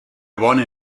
one